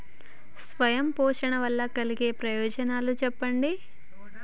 స్వయం పోషణ వల్ల కలిగే ప్రయోజనాలు చెప్పండి?